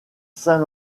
saint